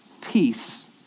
peace